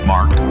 Mark